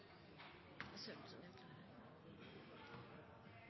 pasient som